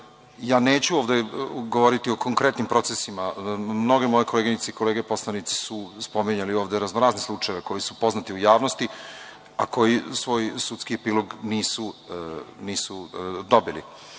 Ja neću ovde govoriti o konkretnim procesima. Mnoge moje koleginice i kolege poslanici su spominjali ovde raznorazne slučajeve koji su poznati u javnosti, a koji svoj sudski epilog nisu dobili.O